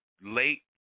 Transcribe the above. late